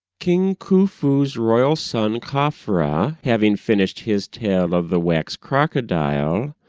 king khufu's royal son khafra having finished his tale of the wax crocodile,